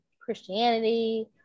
Christianity